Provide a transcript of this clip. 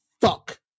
fuck